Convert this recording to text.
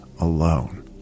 alone